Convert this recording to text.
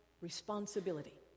responsibility